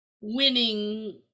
winning